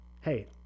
hey